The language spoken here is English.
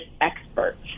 experts